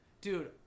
Dude